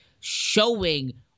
showing